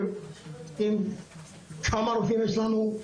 תראו כמה רופאים יש לנו,